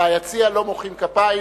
ביציע לא מוחאים כפיים.